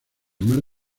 mar